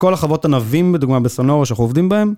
כל החוות ענבים, בדוגמה בסונורו, שאנחנו עובדים בהם.